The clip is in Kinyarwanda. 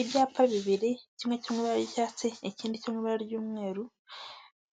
Ibyapa bibiri kimwe cyo mu ibara y'icyatsi, ikindi cyo mu ibara ry'umweru.